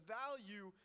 value